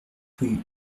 rue